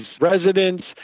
residents